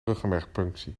ruggenmergpunctie